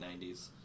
90s